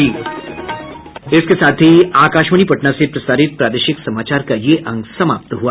इसके साथ ही आकाशवाणी पटना से प्रसारित प्रादेशिक समाचार का ये अंक समाप्त हुआ